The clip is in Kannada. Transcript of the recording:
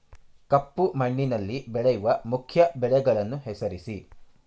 ಕಪ್ಪು ಮಣ್ಣಿನಲ್ಲಿ ಬೆಳೆಯುವ ಮುಖ್ಯ ಬೆಳೆಗಳನ್ನು ಹೆಸರಿಸಿ